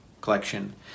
collection